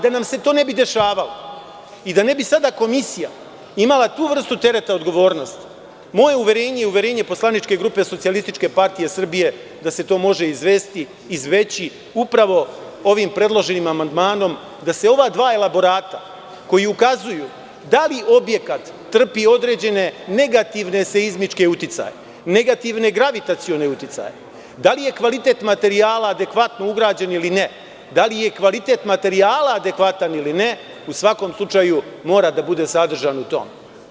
Da nam se to ne bi dešavalo i da ne bi sada komisija imala tu vrstu tereta odgovornosti, moje uverenje i uverenje poslaničke grupe SPS je da se to može izbeći upravo ovim predloženim amandmanom, da se ova dva elaborata koji ukazuju da li objekat trpi određene negativne seizmičke uticaje, negativne gravitacione uticaje, da li je kvalitet materijala adekvatno ugrađen ili ne, da li je kvalitet materijala adekvatan ili ne, u svakom slučaju, mora da bude sadržan u tome.